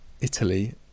Italy